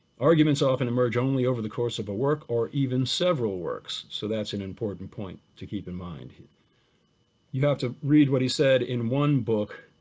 arguments often emerge only over the course of a work or even several works, so that's an important point to keep in mind, you have to read what he said in one book,